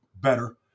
better